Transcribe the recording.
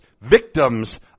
victims